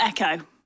Echo